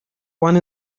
one